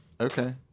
okay